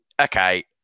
okay